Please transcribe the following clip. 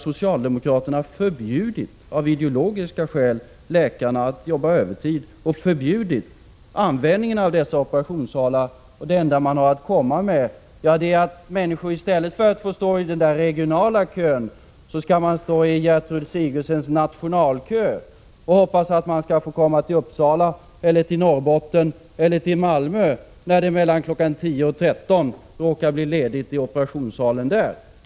Socialdemokraterna har av ideologiska skäl förbjudit läkarna att efter dessa klockslag arbeta övertid och använda dessa operationssalar. Det enda socialdemokraterna har att komma med är att människor i stället för att få stå i denna regionala kö skall få stå i Gertrud Sigurdsens nationalkö och hoppas att de skall få komma till Uppsala, Norrbotten eller Malmö, när det mellan klockan 10 och 13 råkar bli ledigt i operationssalen på något av dessa ställen.